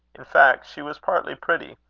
in fact, she was partly pretty,